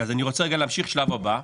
אני רוצה להמשיך לשלב הבא.